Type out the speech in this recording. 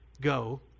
go